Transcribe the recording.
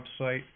website